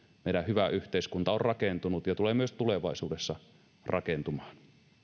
meidän hyvä yhteiskuntamme on rakentunut ja tulee myös tulevaisuudessa rakentumaan